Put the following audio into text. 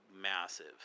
massive